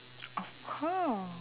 of course